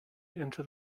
into